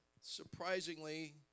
surprisingly